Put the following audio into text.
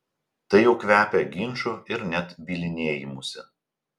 tai jau kvepia ginču ir net bylinėjimusi